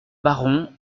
baron